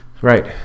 Right